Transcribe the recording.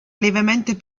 lievemente